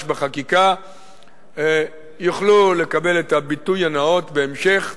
בחקיקה יוכלו לקבל את הביטוי הנאות בהמשך,